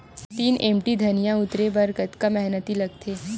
तीन एम.टी धनिया उतारे बर कतका मेहनती लागथे?